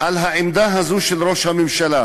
על העמדה הזאת של ראש הממשלה,